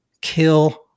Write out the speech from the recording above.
kill